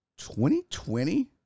2020